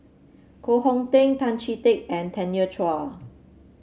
Koh Hong Teng Tan Chee Teck and Tanya Chua